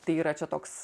tai yra čia toks